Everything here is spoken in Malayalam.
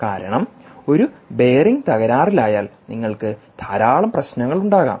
കാരണം ഒരു ബെയറിംഗ് തകരാറിലായാൽ നിങ്ങൾക്ക് ധാരാളം പ്രശ്നങ്ങൾ ഉണ്ടാകാം